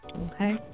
Okay